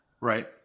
Right